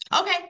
Okay